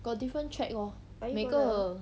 got different track lor 每个